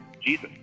Jesus